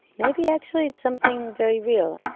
maybe actually it's something very real.